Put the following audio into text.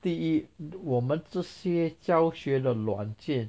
第一我们这些教学的软件